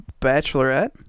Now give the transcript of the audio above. Bachelorette